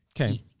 Okay